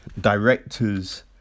directors